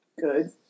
good